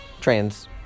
Trans